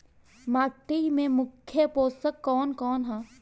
माटी में मुख्य पोषक कवन कवन ह?